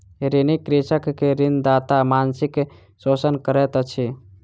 ऋणी कृषक के ऋणदाता मानसिक शोषण करैत अछि